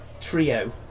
trio